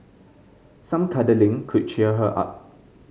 some cuddling could cheer her up